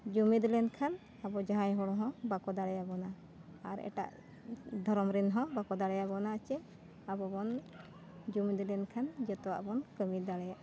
ᱡᱩᱢᱤᱫ ᱞᱮᱱᱠᱷᱟᱱ ᱟᱵᱚ ᱡᱟᱦᱟᱸᱭ ᱦᱚᱲ ᱦᱚᱸ ᱵᱟᱠᱚ ᱫᱟᱲᱮᱭᱟᱵᱚᱱᱟ ᱟᱨ ᱮᱴᱟᱜ ᱫᱷᱚᱨᱚᱢ ᱨᱮᱱ ᱦᱚᱸ ᱵᱟᱠᱚ ᱫᱟᱲᱮᱭᱟᱵᱚᱱᱟ ᱥᱮ ᱟᱵᱚ ᱵᱚᱱ ᱡᱩᱢᱤᱫ ᱞᱮᱱᱠᱷᱟᱱ ᱡᱚᱛᱚᱣᱟᱜ ᱵᱚᱱ ᱠᱟᱹᱢᱤ ᱫᱟᱲᱮᱭᱟᱜᱼᱟ